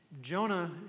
Jonah